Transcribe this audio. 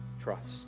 trust